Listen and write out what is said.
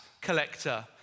collector